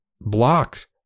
blocked